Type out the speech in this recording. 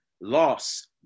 loss